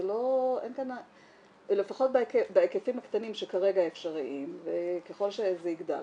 זה לא --- לפחות בהיקפים הקטנים שכרגע אפשריים וככל שזה יגדל,